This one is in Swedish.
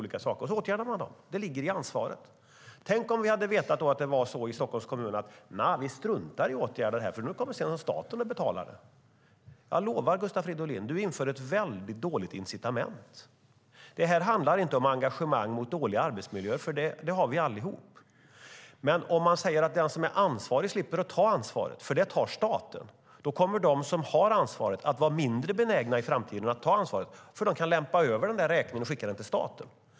Dessa åtgärdas eftersom det är kommunens ansvar. Tänk om vi i Stockholms kommun hade struntat i att åtgärda det för att staten skulle betala det. Jag lovar att du i så fall inför ett dåligt incitament, Gustav Fridolin. Det handlar inte om ett engagemang mot dålig arbetsmiljö, för det har vi alla. Men säger vi att den som är ansvarig slipper ta sitt ansvar för att staten tar det kommer de som har ansvaret att vara mindre benägna att ta ansvaret eftersom de kan lämpa över räkningen på staten.